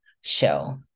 show